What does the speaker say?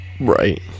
Right